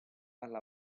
alla